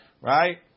Right